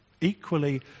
equally